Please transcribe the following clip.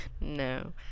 no